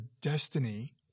destiny